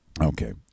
Okay